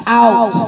out